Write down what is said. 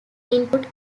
input